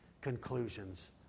conclusions